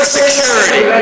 security